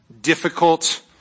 difficult